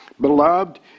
Beloved